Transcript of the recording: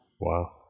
Wow